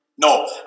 No